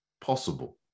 possible